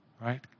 right